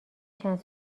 چند